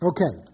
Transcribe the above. Okay